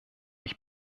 ich